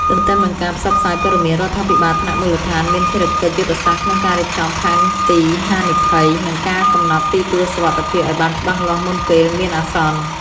ទន្ទឹមនឹងការផ្សព្វផ្សាយព័ត៌មាន រដ្ឋាភិបាលថ្នាក់មូលដ្ឋានមានភារកិច្ចយុទ្ធសាស្ត្រក្នុងការរៀបចំផែនទីហានិភ័យ និងការកំណត់ទីទួលសុវត្ថិភាពឱ្យបានច្បាស់លាស់មុនពេលមានអាសន្ន។